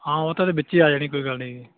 ਹਾਂ ਉਹ ਤਾਂ ਇਹਦੇ ਵਿੱਚੇ ਹੀ ਆ ਜਾਣੀ ਕੋਈ ਗੱਲ ਨਹੀਂ ਜੀ